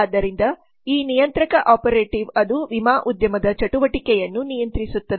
ಆದ್ದರಿಂದ ಈ ನಿಯಂತ್ರಕ ಆಪರೇಟಿವ್ ಅದು ವಿಮಾ ಉದ್ಯಮದ ಚಟುವಟಿಕೆಯನ್ನು ನಿಯಂತ್ರಿಸುತ್ತದೆ